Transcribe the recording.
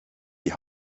die